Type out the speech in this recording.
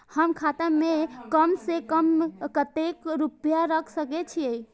हम खाता में कम से कम कतेक रुपया रख सके छिए?